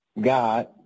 God